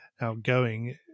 outgoing